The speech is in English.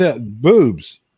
Boobs